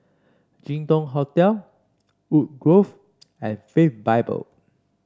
Jin Dong Hotel Woodgrove and Faith Bible